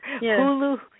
Hulu